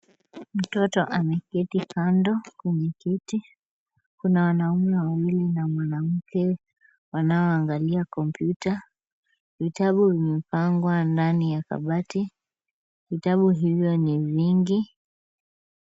Mtoto ameketi kando kwenye kiti. Kuna wanaume wawili na wanawake wanaoangalia kompyuta. Vitabu vimepangwa ndani ya kabati. Vitabu hivyo ni vingi.